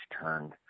turned